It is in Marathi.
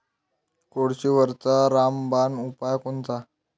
कोळशीवरचा रामबान उपाव कोनचा?